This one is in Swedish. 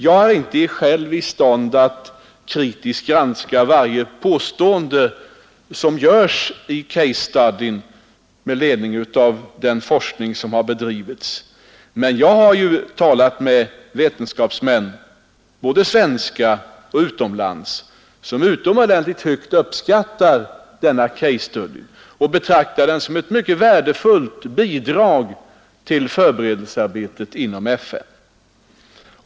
Jag är inte själv i stånd att kritiskt granska varje påstående som med ledning av den forskning som bedrivits görs i nämnda rapport, men jag har talat med vetenskapsmän både i Sverige och i utlandet, som uppskattar denna case study-rapport mycket högt och betraktar den som ett mycket värdefullt bidrag till förberedelsearbetet inom FN.